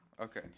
Okay